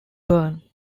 bern